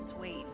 weight